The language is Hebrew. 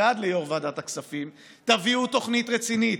ועד ליושב-ראש ועדת הכספים: תביאו תוכנית רצינית.